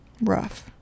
Rough